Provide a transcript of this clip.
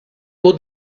pour